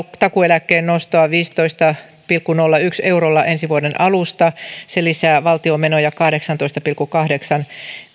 takuueläkkeen nostoa viisitoista pilkku nolla yksi eurolla ensi vuoden alusta se lisää valtion menoja kahdeksantoista pilkku kahdeksan